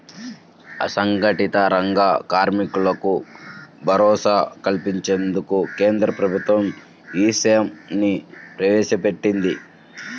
అసంఘటిత రంగ కార్మికులకు భరోసా కల్పించేందుకు కేంద్ర ప్రభుత్వం ఈ శ్రమ్ ని ప్రవేశపెట్టింది